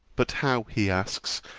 but how, he asks,